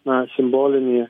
na simbolinį